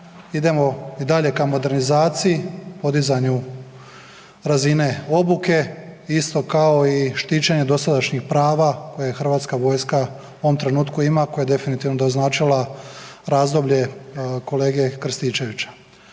idemo i dalje ka modernizaciji, podizanju razine obuke, isto kao i štićenje dosadašnjih prava koje HV u ovom trenutku ima, koje je definitivno doznačila razdoblje kolege Krstičevića.